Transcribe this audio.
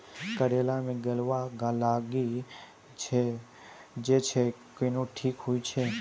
करेला मे गलवा लागी जे छ कैनो ठीक हुई छै?